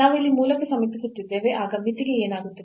ನಾವು ಇಲ್ಲಿ ಮೂಲಕ್ಕೆ ಸಮೀಪಿಸುತ್ತಿದ್ದೇವೆ ಆಗ ಮಿತಿಗೆ ಏನಾಗುತ್ತದೆ